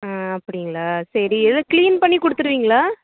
ஆ அப்படிங்ளா சரி இது க்ளீன் பண்ணி கொடுத்துருவீங்ளா